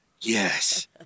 Yes